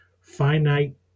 finite